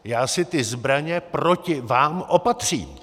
Já si ty zbraně proti vám opatřím!